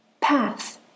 path